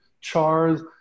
chars